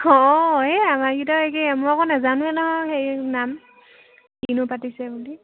অঁ এই আমাৰকেইটাও একেই মই আকৌ নাজানোৱে নহয় হেৰি নাম কিনো পাতিছে বুলি